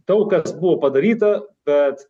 daug kas buvo padaryta bet